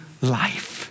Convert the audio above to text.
life